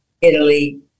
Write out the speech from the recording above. Italy